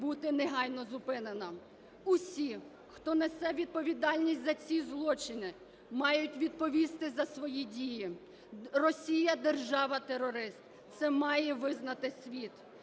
бути негайно зупинена. Усі, хто несе відповідальність за ці злочини, мають відповісти за свої дії. Росія держава-терорист – це має визнати світ.